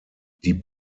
die